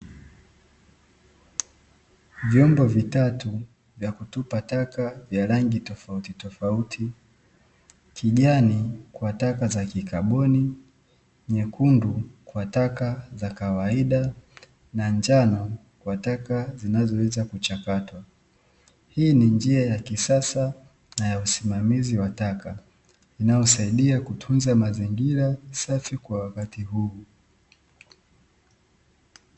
Vyombo vitatu vya kutupa taka vya rangi tofautitofauti. kijani kwa taka za kikaboni, nyekundu kwa taka za kawaida na njano kwa taka zinazoweza kuchakatwa. Hii ni njia ya kisasa na ya usimamizi wa taka unaosaidia kutunza mazingira safi kwa wakati huu.